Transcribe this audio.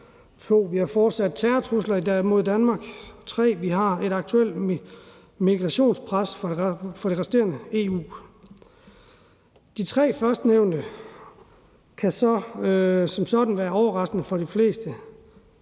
2) fortsatte terrortrusler mod Danmark og 3) et aktuelt migrationspres fra det resterende EU. De tre temaer kan som sådan være overraskende for de fleste,